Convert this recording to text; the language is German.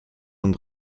und